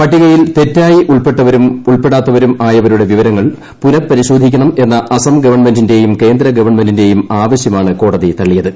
പട്ടികയിൽ തെറ്റായി ഉൾപ്പെട്ടിട്ടവരും ഉൾപ്പെടാത്തവരും ആയവരുടെ വിവരങ്ങൾ പുനഃപരിശോധിയ്ക്കണമെന്ന അസം ഗവൺമെന്റിന്റേയും കേന്ദ്ര ഗവൺമെന്റിന്റേയും ആവശ്യമാണ് കോടതി തള്ളിയത്